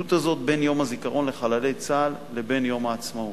הצמידות הזאת בין יום הזיכרון לחללי צה"ל לבין יום העצמאות,